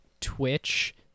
Twitch